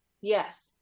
Yes